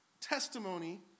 testimony